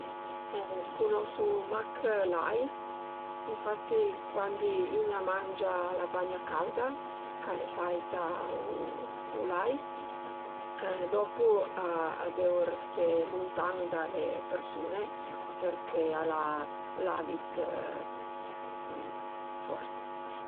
Cunosu mach l'ai infatti cuandi ün a mangia la bagna cauda ch'al e faita u l'ai dopu a deu resté luntan da le persun-e perché al a l'alit fort